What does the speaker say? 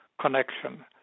connection